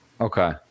okay